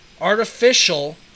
artificial